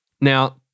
Now